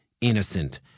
innocent